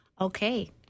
okay